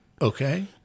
Okay